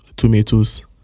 tomatoes